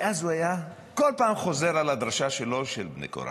ואז הוא היה כל פעם חוזר על הדרשה שלו על בני קורח.